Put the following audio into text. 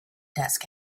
desk